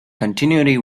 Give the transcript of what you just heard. continuity